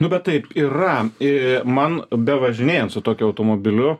nu bet taip yra i man bevažinėjant su tokiu automobiliu